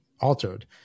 altered